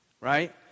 right